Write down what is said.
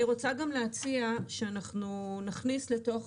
אני רוצה גם להציע שאנחנו נכניס לתוך